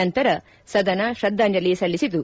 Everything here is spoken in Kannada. ನಂತರ ಸದನ ಶ್ರದ್ದಾಂಜಲಿ ಸಲ್ಲಿಸಿತು